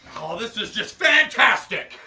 oh, this is just fantastic.